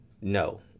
No